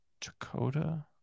Dakota